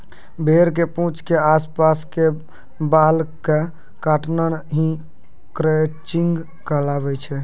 भेड़ के पूंछ के आस पास के बाल कॅ काटना हीं क्रचिंग कहलाय छै